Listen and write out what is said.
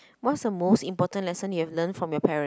what's the most important lesson you have learnt from your parents